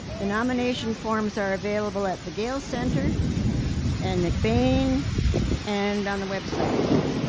the nomination forms are available at the gale center and macbain and on the website i think.